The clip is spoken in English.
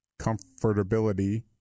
comfortability